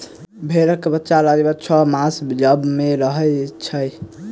भेंड़क बच्चा लगभग छौ मास गर्भ मे रहैत छै